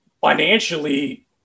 Financially